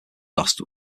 lost